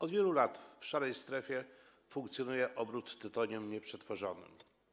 Od wielu lat w szarej strefie funkcjonuje obrót tytoniem nieprzetworzonym.